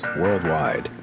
worldwide